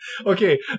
Okay